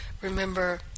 Remember